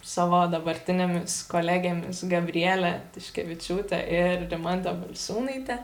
savo dabartinėmis kolegėmis gabriele tiškevičiūte ir rimante balsiūnaite